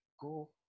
go